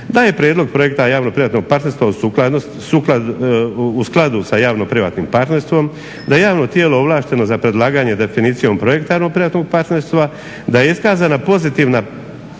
Taj prijedlog projekta javno-privatnog partnerstva u skladu sa javno-privatnog partnerstvom da javno tijelo ovlašteno za predlaganje definicijom projekta javno-privatnog partnerstva da je iskazana pozitivna